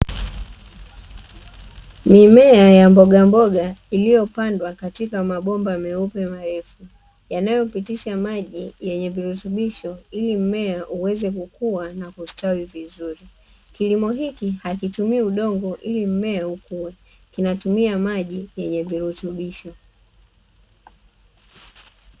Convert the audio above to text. Mimea ya mbogamboga iliyopandwa katika mabomba meupe marefu yanayopitisha maji yenye virutubisho ili mmea uweze kukua na kustawi vizuri. Kilimo hiki hakitumii udongo ili mmea ukue kinatumia maji yenye virutubisho.